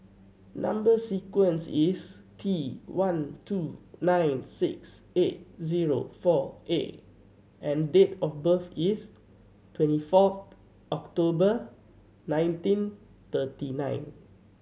number sequence is T one two nine six eight zero four A and date of birth is twenty fourth October nineteen thirty nine